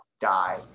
die